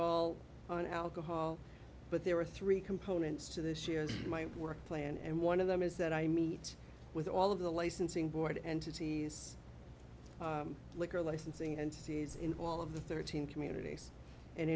all on alcohol but there are three components to this year's my work plan and one of them is that i meet with all of the licensing board entities liquor licensing and all of the thirteen communities and